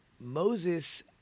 Moses